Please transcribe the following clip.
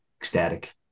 ecstatic